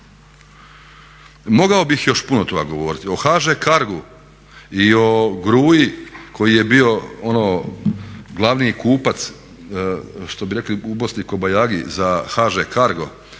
Mogao bih još puno toga govoriti o HŽ Cargu i o Gruji koji je bio ono glavni kupac što bi rekli u Bosni kobajagi za HŽ Cargo,